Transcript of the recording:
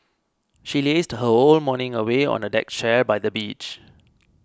she lazed her whole morning away on a deck chair by the beach